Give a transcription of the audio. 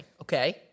okay